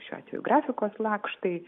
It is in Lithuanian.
šiuo atveju grafikos lakštai